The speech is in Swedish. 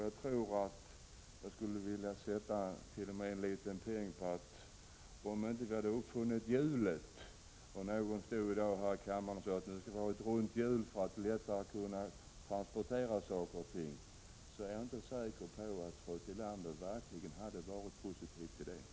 Jag tror att jag t.o.m. skulle vilja satsa en liten peng på att fru Tillander, om vi inte uppfunnit hjulet och någon stod här i kammaren och sade att nu skall vi ha ett runt hjul för att lättare kunna transportera saker och ting, troligen inte hade varit positiv till det.